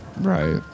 Right